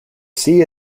sea